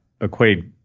equate